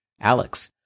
Alex